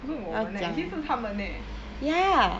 不是我们耶 actually 是他们